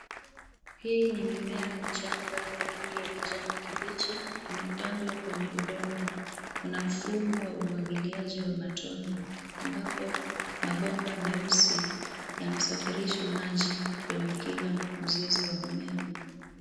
Hii ni mimea michanga ya rangi ya kijani kibichi, imepandwa kwenye udongo. Kuna mfumo wa umwagiliaji wa matone, ambapo mabomba meusi yanasafirisha maji kwenye kila mzizi wa mmea.